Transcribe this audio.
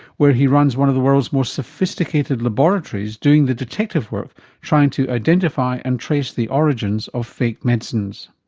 where he runs one of the world's most sophisticated laboratories doing the detective work trying to identify and trace the origins of fake medicines.